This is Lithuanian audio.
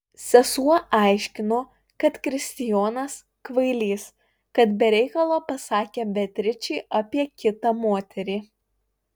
sesuo aiškino kad kristijonas kvailys kad be reikalo pasakė beatričei apie kitą moterį